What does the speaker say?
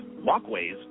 walkways